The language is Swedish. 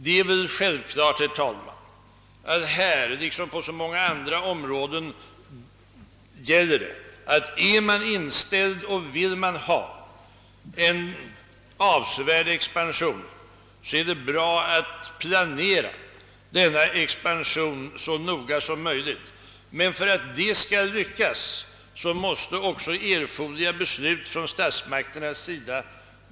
Det är självklart, herr talman, att på det här området liksom på så många andra områden gäller att en ökad expansion måste planeras så noga som möjligt. Men för att detta skall vara möjligt måste i botten finnas erforderliga beslut från statsmakternas sida.